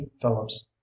Phillips